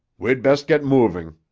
we'd best get moving,